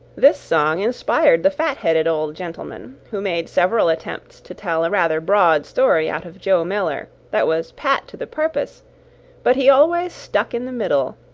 this song inspired the fat-headed old gentleman, who made several attempts to tell a rather broad story out of joe miller, that was pat to the purpose but he always stuck in the middle,